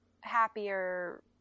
happier